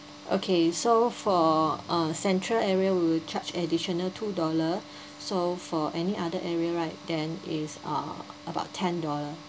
okay so for uh central area we will charge additional two dollar so for any other area right then is uh about ten dollar